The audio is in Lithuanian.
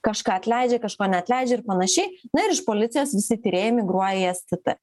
kažką atleidžia kažko neatleidžia ir panašiai na ir iš policijos visi tyrėjai migruoja į stt